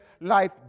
Life